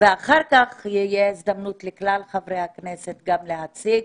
ואחר כך תהיה הזדמנות לכלל חברי הכנסת להציג.